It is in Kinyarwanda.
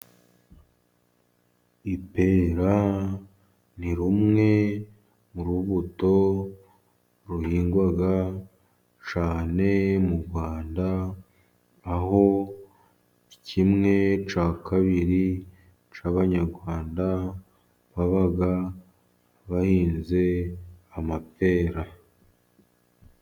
Ipera ni rumwe mu mbuto zihingwa cyane mu Rwanda ,aho kimwe cya kabiri cy'abanyarwanda baba bahinze amapera.